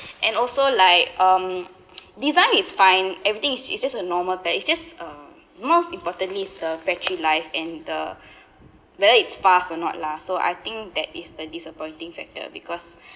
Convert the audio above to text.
and also like um design is fine everything is is just a normal it's just uh most importantly is the battery life and the whether it's fast or not lah so I think that is the disappointing factor because